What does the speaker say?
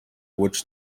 which